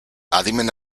adimen